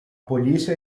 polícia